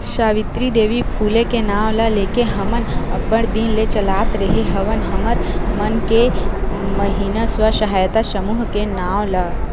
सावित्री देवी फूले के नांव ल लेके हमन अब्बड़ दिन ले चलात रेहे हवन हमर मन के महिना स्व सहायता समूह के नांव ला